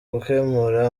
gukemura